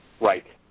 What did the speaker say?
Right